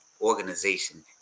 organization